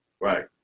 right